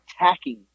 attacking